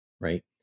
Right